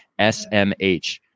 SMH